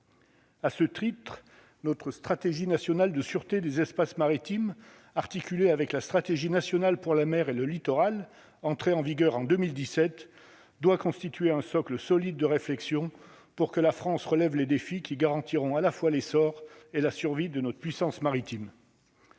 à ce triplé notre stratégie nationale de sûreté des espaces maritimes articulé avec la stratégie nationale pour la mer et le littoral, entrée en vigueur en 2017 doit constituer un socle solide de réflexion pour que la France relève les défis qui garantiront à la fois l'essor et la survie de notre puissance maritime.